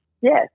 Yes